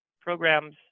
programs